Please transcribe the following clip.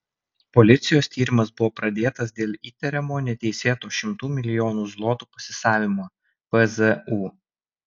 policijos tyrimas buvo pradėtas dėl įtariamo neteisėto šimtų milijonų zlotų pasisavinimo pzu